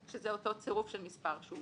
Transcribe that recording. שזה אותו צירוף של מספר שהוא